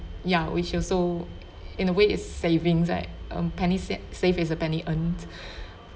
ya which also in a way is savings right um penny sa~ saved is a penny earned